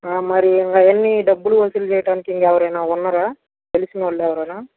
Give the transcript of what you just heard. ఆ మరి అవన్నీ డబ్బులు వసూలు చేయడానికి ఎవరైనా ఉన్నారా తెలిసినవాళ్ళు ఎవరైనా